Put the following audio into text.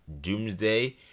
doomsday